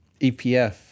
EPF